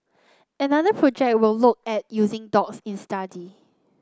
another project will look at using dogs in study